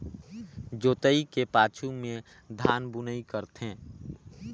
जोतई के पाछू में धान बुनई करथे